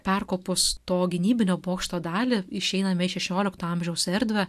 perkopus to gynybinio bokšto dalį išeiname į šešiolikto amžiaus erdvę